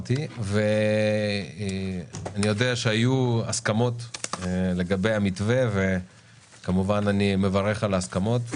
אני יודע שהיו הסכמות לגבי המתווה וכמובן אני מברך על ההסכמות.